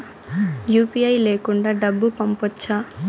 UPI లేకుండా డబ్బు పంపొచ్చా